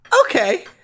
Okay